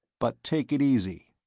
but take it easy.